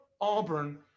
Auburn